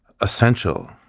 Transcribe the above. essential